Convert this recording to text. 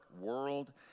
world